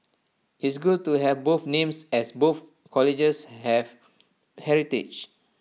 it's good to have both names as both colleges have heritage